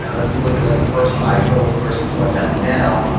ah if you look at like the first iphone versus what's out now,